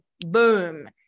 boom